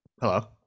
Hello